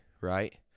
right